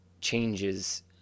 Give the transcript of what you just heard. changes